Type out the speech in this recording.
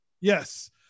Yes